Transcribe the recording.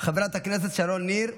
חברת הכנסת שרון ניר,